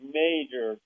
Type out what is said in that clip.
major